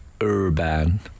urban